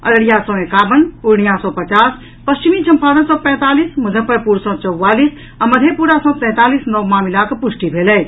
अररिया सँ एकावन पूर्णियां सँ पचास पश्चिमी चम्पारण सँ पैंतालीस मुजफ्फरपुर सँ चौवाली आ मधेपुरा सँ तैंतालीस नव मामिलाक पुष्टि भेल अछि